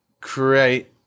create